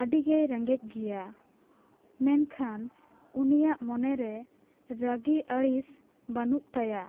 ᱟᱹᱰᱤ ᱜᱮᱭ ᱨᱮᱸᱜᱮᱡ ᱜᱮᱭᱟᱭ ᱢᱮᱱᱠᱷᱟᱱ ᱩᱱᱤᱭᱟᱜ ᱢᱚᱱᱮᱨᱮ ᱨᱟᱹᱜᱤ ᱟᱹᱲᱤᱥ ᱵᱟᱹᱱᱩᱜ ᱛᱟᱭᱟ